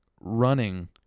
running